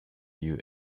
you